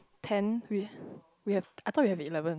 ten we we have I thought we have eleven